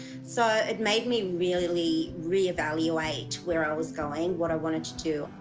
so it made me really re-evaluate where i was going, what i wanted to do.